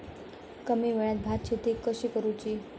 कमी वेळात भात शेती कशी करुची?